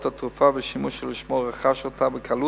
את התרופה ואת השימוש שלשמו רכש אותה בקלות,